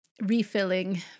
refilling